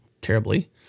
terribly